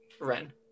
Ren